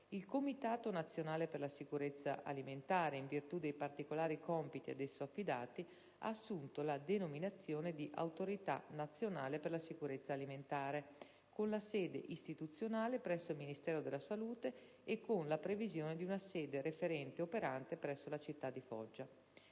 il Comitato nazionale per la sicurezza alimentare (CNSA), in virtù dei particolari compiti ad esso affidati, ha assunto la denominazione di Autorità nazionale per la sicurezza alimentare con sede istituzionale presso il Ministero della salute e con la previsione di una sede referente operante presso la città di Foggia.